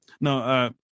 No